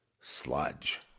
sludge